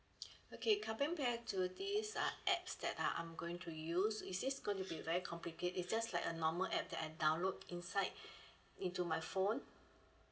okay coming back to this uh apps that uh I'm going to use is this going to be very complicate it's just like a normal app that I download inside into my phone